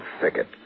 thicket